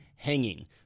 hanging